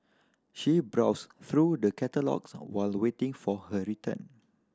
she browsed through the catalogues while waiting for her return